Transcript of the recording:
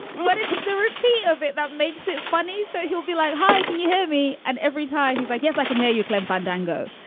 but it's the repeat of it that makes it funny. so he'll be like, hi. can you hear me? and every time he's like, yes, i can hear you, clem fandango.